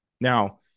Now